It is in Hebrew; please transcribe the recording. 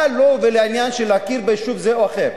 מה לו ולעניין של הכרה ביישוב זה או אחר?